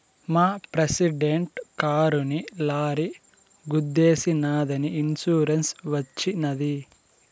మా ప్రెసిడెంట్ కారుని లారీ గుద్దేశినాదని ఇన్సూరెన్స్ వచ్చినది